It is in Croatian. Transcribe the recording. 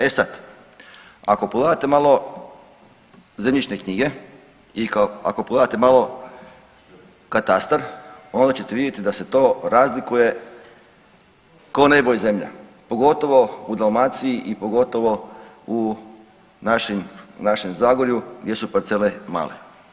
E sad, ako pogledate malo zemljišne knjige i ako pogledate malo katastar onda ćete vidjeti da se to razlikuje ko nebo i zemlja, pogotovo u Dalmaciji i pogotovo u našim, našem Zagorju gdje su parcele male.